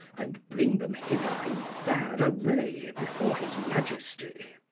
and bring them hither in fair array before his majesty.